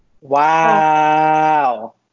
Wow